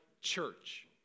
Church